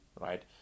right